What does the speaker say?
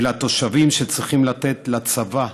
אלא התושבים שצריכים לתת לצבא